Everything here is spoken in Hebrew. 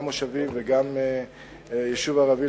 גם מושבים וגם יישוב ערבי,